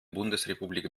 bundesrepublik